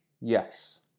yes